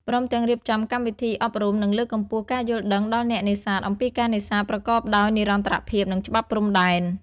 ព្រមទាំងរៀបចំកម្មវិធីអប់រំ និងលើកកម្ពស់ការយល់ដឹងដល់អ្នកនេសាទអំពីការនេសាទប្រកបដោយនិរន្តរភាព និងច្បាប់ព្រំដែន។